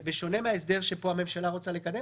בשונה מן ההסדר שפה הממשלה רוצה לקדם.